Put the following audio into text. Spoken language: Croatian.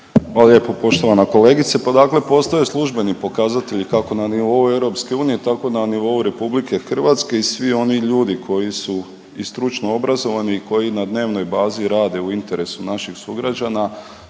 Hvala lijepo poštovana kolegice. Pa dakle postoje službeni pokazatelji kako na nivou EU, tako na nivou RH i svi oni ljudi koji su i stručno obrazovani i koji na dnevnoj bazi rade u interesu naših sugrađana